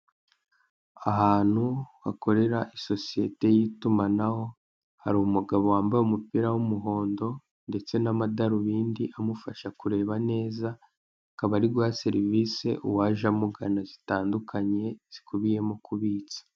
Ahantu hakorera isosiyete y'itumanaho hari umugabo wambaye umupira w'umuhondo ndetse n'amadarubindi amufasha kureba neza akaba ari guha serivise uwaje amugana zitandukanye zikubiyemo kubitsa.